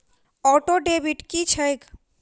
Auto debit की छैक?